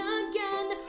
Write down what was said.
again